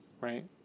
right